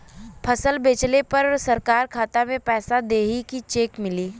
फसल बेंचले पर सरकार खाता में पैसा देही की चेक मिली?